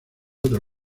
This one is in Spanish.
otra